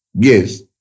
Yes